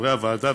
שחברי הוועדה,